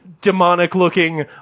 demonic-looking